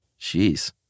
Jeez